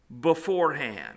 beforehand